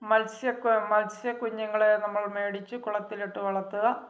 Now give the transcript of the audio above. മത്സ്യ കൊ മത്സ്യകുഞ്ഞുങ്ങളെ നമ്മൾ മേടിച്ച് കുളത്തിലിട്ട് വളർത്തുക